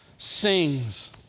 sings